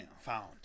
found